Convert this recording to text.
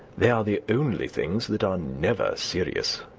they are the only things that are never serious.